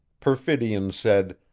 perfidion said,